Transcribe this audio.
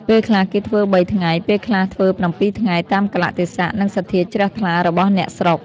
ពេលខ្លះ គេធ្វើ ៣ ថ្ងៃ ពេលខ្លះធ្វើ ៧ ថ្ងៃ តាមកាលៈទេសៈ និងសទ្ធាជ្រះថ្លារបស់អ្នកស្រុក ។